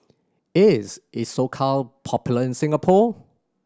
is Isocal popular in Singapore